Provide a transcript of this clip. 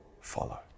follow